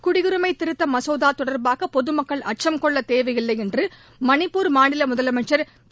குடியுரிமை திருத்த மசோதா தொடர்பாக பொதுமக்கள் அச்சம் கொள்ளத் தேவையில்லை என்று மணிப்பூர் மாநில முதலமைச்சர் திரு